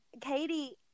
Katie